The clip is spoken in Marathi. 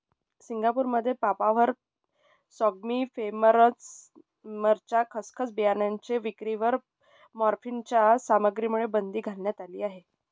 सिंगापूरमध्ये पापाव्हर सॉम्निफेरमच्या खसखस बियाणांच्या विक्रीवर मॉर्फिनच्या सामग्रीमुळे बंदी घालण्यात आली आहे